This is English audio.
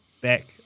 back